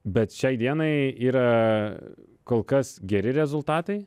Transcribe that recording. bet šiai dienai yra kol kas geri rezultatai